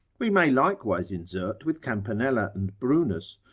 we may likewise insert with campanella and brunus,